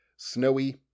snowy